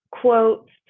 quotes